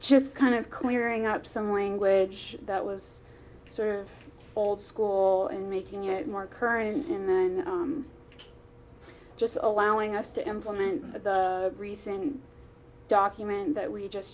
just kind of clearing up some language that was her old school and making it more current and then just allowing us to implement the recently document that we just